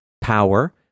power